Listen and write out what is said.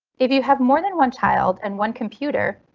if you have more than one child and one computer,